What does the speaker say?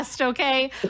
okay